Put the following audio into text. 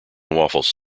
waffles